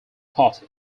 party